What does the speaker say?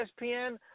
ESPN